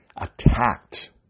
attacked